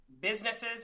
businesses